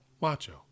macho